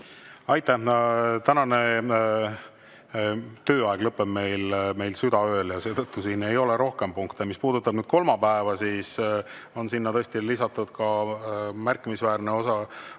Aitäh! Tänane tööaeg lõpeb meil südaööl ja seetõttu siin ei ole rohkem punkte. Mis puudutab kolmapäeva, siis sinna on lisatud ka märkimisväärne osa